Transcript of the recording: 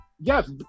Yes